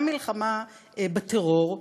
גם מלחמה בטרור,